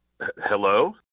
hello